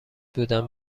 بودم